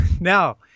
Now